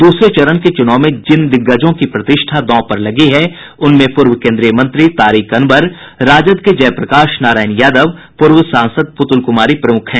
दूसर चरण के चुनाव में जिन दिग्गजों की प्रतिष्ठा दांव पर लगी है उनमें पूर्व केंद्रीय मंत्री तारिक अनवर राजद के जयप्रकाश नारायण यादव और पूर्व सांसद पुतुल कुमारी प्रमुख हैं